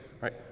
right